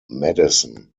madison